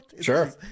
Sure